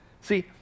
See